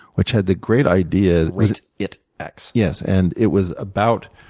which had the great idea that rate it x. yes. and it was about